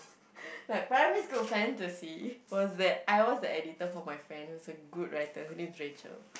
my primary school fantasy was that I was the editor for my friend who is a good writer her name is Rachel